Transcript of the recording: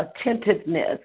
attentiveness